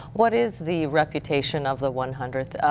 what is the reputation of the one hundredth?